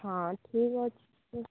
ହଁ ଠିକ୍ ଅଛି